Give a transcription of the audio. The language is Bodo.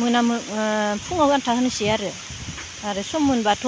मोना फुङाव आनथा होनसै आरो आरो सम मोनब्लाथ'